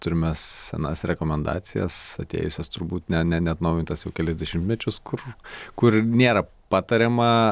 turime senas rekomendacijas atėjusios turbūt ne ne neatnaujintas jau kelis dešimtmečius kur kur nėra patariama